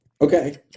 Okay